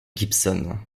gibson